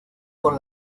con